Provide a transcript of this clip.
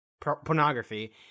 pornography